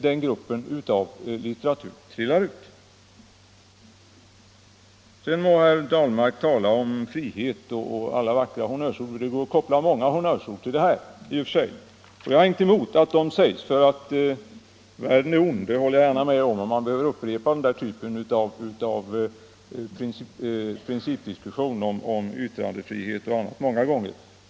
Sedan må herr Ahlmark tala om frihet och använda alla vackra honnörsord — det går att koppla många honnörsord till det här. Jag har inget emot att de används, för världen är ond — det håller jag gärna med om -— och vi behöver upprepa principdiskussioner om yttrandefrihet och annat många gånger.